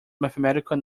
mathematical